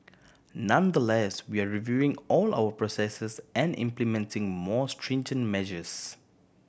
nonetheless we are reviewing all our processes and implementing more stringent measures